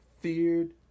feared